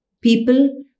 people